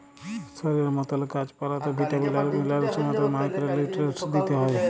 শরীরের মতল গাহাচ পালাতেও ভিটামিল আর মিলারেলসের মতল মাইক্রো লিউট্রিয়েল্টস দিইতে হ্যয়